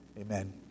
amen